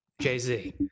Jay-Z